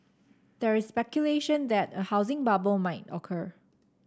there is speculation that a housing bubble may occur